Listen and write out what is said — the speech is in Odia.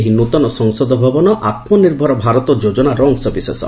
ଏହି ନୂଆ ସଂସଦ ଭବନ ଆତ୍ମନିର୍ଭର ଭାରତ ଯୋଜନାର ଅଂଶବିଶେଷ